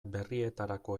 berrietarako